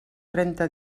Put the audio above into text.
trenta